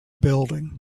building